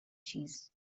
cheese